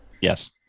yes